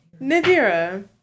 Nadira